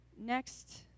next